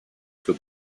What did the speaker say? für